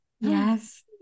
Yes